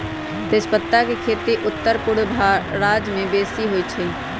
तजपत्ता के खेती उत्तरपूर्व राज्यमें बेशी होइ छइ